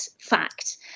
fact